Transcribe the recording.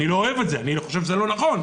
אני לא אוהב את זה, אני חושב שזה לא נכון,